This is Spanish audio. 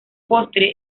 postre